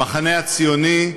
המחנה הציוני,